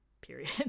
period